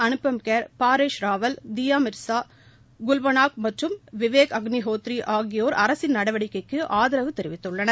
அனுபம் கேர் பாரேஷ் ராவல் தியா மிர்சா குல்பனாக் மற்றும் விவேக் அக்னி ஹோத்ரி ஆகியோர் அரசின் நடவடிக்கைக்கு ஆதரவு தெரிவித்துள்ளனர்